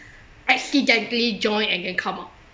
accidentally join and then come out